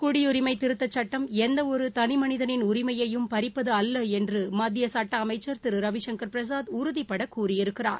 குடியுரிமை சட்டத்திருத்தம் எந்த ஒரு தனி மனிதனின் உரிமையையும் பறிப்பது அல்ல என்று மத்திய சட்ட அமைச்சர் திரு ரவிசங்கர் பிரசாத் உறுதிபட கூறியிருக்கிறார்